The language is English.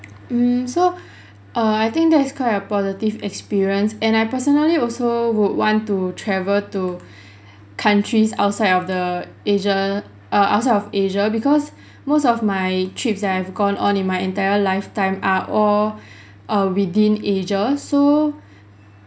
mm so err I think that's quite a positive experience and I personally also would want to travel to countries outside of the asia err outside of asia because most of my trips that I have gone on in my entire lifetime are all err within asia so